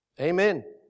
Amen